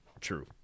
true